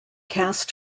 cast